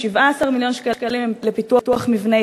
74 מיליון שקלים למאגר הביומטרי,